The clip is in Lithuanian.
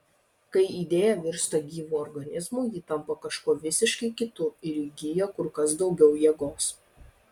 kai idėja virsta gyvu organizmu ji tampa kažkuo visiškai kitu ir įgyja kur kas daugiau jėgos